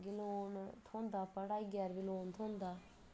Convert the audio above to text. loan थ्होंदा पढ़ाई पर बी लोन थ्होंदा